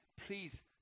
please